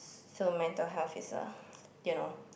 so mental health is a you know